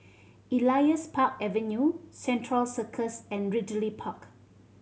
Elias Park Avenue Central Circus and Ridley Park